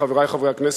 חברי חברי הכנסת,